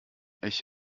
ich